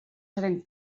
serem